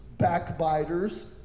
Backbiters